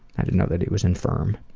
i don't know that he was infirm.